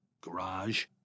garage